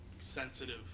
sensitive